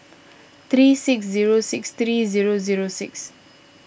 three six zero six three zero zero six